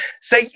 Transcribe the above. say